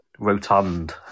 Rotund